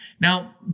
Now